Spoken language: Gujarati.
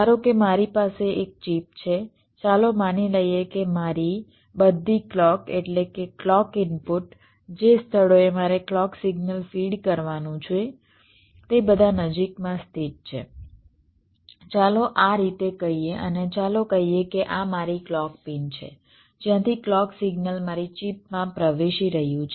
ધારો કે મારી પાસે એક ચિપ છે ચાલો માની લઈએ કે મારી બધી ક્લૉક એટકે કે ક્લૉક ઇનપુટ જે સ્થળોએ મારે ક્લૉક સિગ્નલ ફીડ કરવાનું છે તે બધા નજીકમાં સ્થિત છે ચાલો આ રીતે કહીએ અને ચાલો કહીએ કે આ મારી ક્લૉક પિન છે જ્યાંથી ક્લૉક સિગ્નલ મારી ચિપમાં પ્રવેશી રહ્યું છે